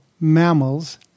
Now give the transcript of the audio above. mammals